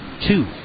two